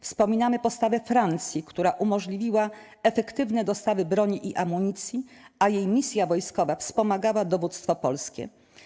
Wspominamy postawę Francji, która umożliwiła efektywne dostawy broni i amunicji, a jej misja wojskowa wspomagała dowództwo polskie.